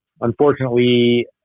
unfortunately